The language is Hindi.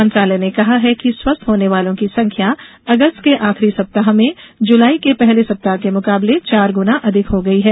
मंत्रालय ने कहा है कि स्वस्थ होने वालों की संख्या अगस्त के आखिरी सप्ताह में जुलाई के पहले सप्ताह के मुकाबले चार गुना अधिक हो गई है